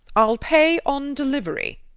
i'll pay on delivery.